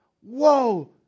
Whoa